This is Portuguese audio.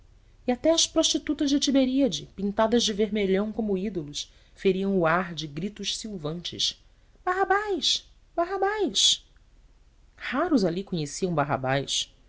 e até as prostitutas de tiberíade pintadas de vermelhão como ídolos feriam o ar de gritos silvantes barrabás barrabás raros ali conheciam barrabás